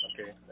Okay